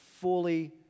fully